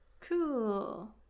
Cool